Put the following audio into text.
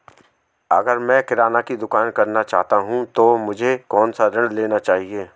अगर मैं किराना की दुकान करना चाहता हूं तो मुझे कौनसा ऋण लेना चाहिए?